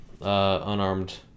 unarmed